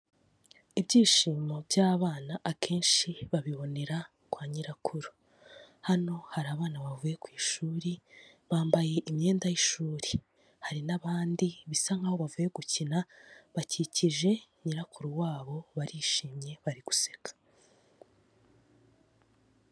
Ibyishimo by'abana akenshi babibonera kwa nyirakuru, hano hari abana bavuye ku ishuri bambaye imyenda y'ishuri, hari n'abandi bisa nkaho bavuye gukina, bakikije nyirakuru wabo barishimye, bari guseka.